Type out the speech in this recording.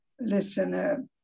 listener